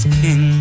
king